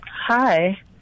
Hi